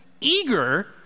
eager